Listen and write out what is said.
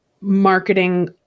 marketing